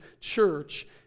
church